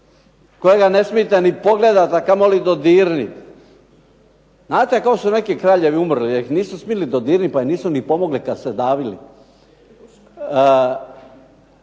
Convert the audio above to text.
koga ne smijete ni pogledat, a kamoli dodirnit. Znate kako su neki kraljevi umrli? Jer ih nisu smili dodirnit, pa im nisu ni pomogli kad su se davili.